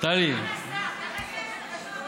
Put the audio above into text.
סגן השר, ככה סוגרים חשבונות?